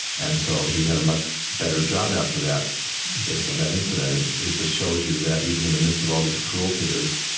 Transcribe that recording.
and so he had a much better job after that based on that incident and it just shows you that, even in the midst of all this cruelty, there's